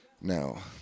Now